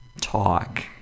talk